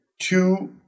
two